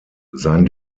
sein